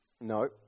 No